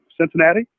Cincinnati